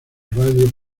radio